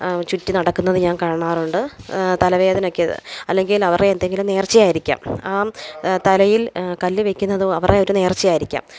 ചുറ്റി നടക്കുന്നത് ഞാൻ കാണാറുണ്ട് തലവേദനയ്ക്കത് അല്ലെങ്കിൽ അവരുടെ എന്തെങ്കിലും നേർച്ച ആയിരിക്കാം ആ തലയിൽ കല്ല് വെക്കുന്നതും അവരുടെ ഒരു നേർച്ച ആയിരിക്കാം